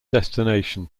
destination